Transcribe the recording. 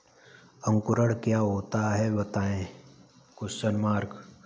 अंकुरण क्या होता है बताएँ?